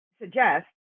suggest